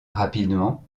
rapidement